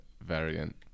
variant